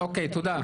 אוקיי, תודה.